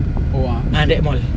oh ah true